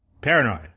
Paranoid